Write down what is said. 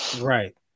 Right